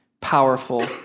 powerful